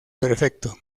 perfecto